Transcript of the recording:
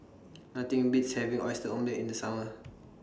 Nothing Beats having Oyster Omelette in The Summer